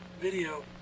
video